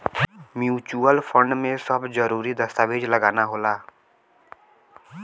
mutual fund में सब जरूरी दस्तावेज लगाना होला